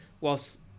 whilst